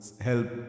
help